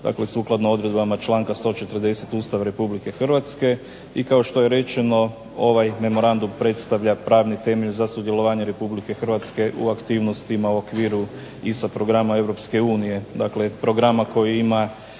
dakle sukladno odredbama članka 140. Ustav Republike Hrvatske, i kao što je rečeno ovaj memorandum predstavlja pravni temelj za sudjelovanje Republike Hrvatske u aktivnostima u okviru ISA programa Europske unije, dakle programa koji ima